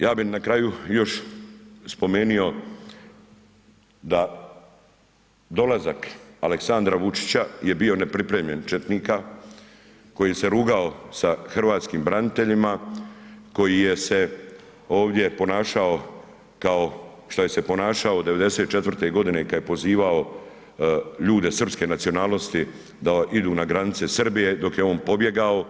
Ja bih na kraju još spomenuo da dolazak Aleksandra Vučića je bio … [[ne razumije se]] četnika koji se rugao sa hrvatskim braniteljima, koji se ovdje ponašao kao što se ponašao 94. godine kada je pozivao ljude srpske nacionalnosti da idu na granice Srbije dok je on pobjegao.